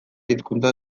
hizkuntza